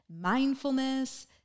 mindfulness